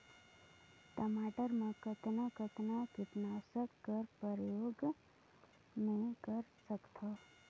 टमाटर म कतना कतना कीटनाशक कर प्रयोग मै कर सकथव?